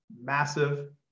massive